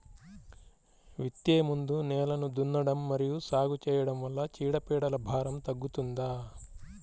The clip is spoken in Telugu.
విత్తే ముందు నేలను దున్నడం మరియు సాగు చేయడం వల్ల చీడపీడల భారం తగ్గుతుందా?